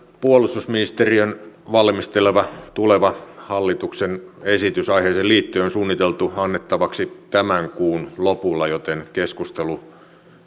puolustusministeriön valmistelema tuleva hallituksen esitys aiheeseen liittyen on suunniteltu annettavaksi tämän kuun lopulla joten keskustelu